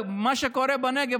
מה שקורה בנגב,